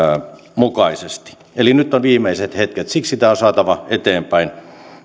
mukaisesti eli nyt on viimeiset hetket siksi tämä on saatava eteenpäin